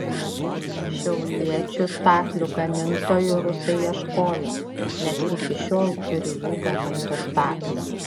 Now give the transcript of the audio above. šiauliečių staklių gamintojų rusai ieškojo nes iki šiol turi jų gamintų staklių